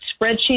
spreadsheet